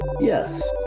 Yes